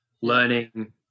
learning